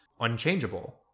unchangeable